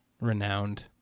renowned